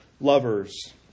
lovers